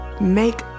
Make